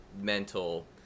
mental